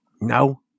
No